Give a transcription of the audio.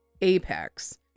apex